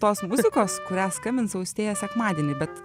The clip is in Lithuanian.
tos muzikos kurią skambins austėja sekmadienį bet